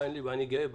אבל אני גאה בה.